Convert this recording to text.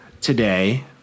Today